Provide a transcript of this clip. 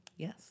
Yes